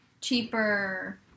cheaper